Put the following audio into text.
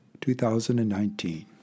2019